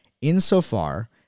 Insofar